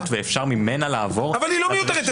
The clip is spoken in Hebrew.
ואפשר ממנה לעבור --- אבל היא לא מיותרת,